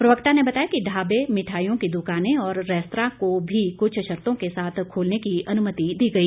प्रवक्ता ने बताया कि ढावे मिठाईयों की दुकानें और रेस्तरां को भी कुछ शर्तों के साथ खोलने की अनुमति दी गई